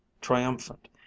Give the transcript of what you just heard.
triumphant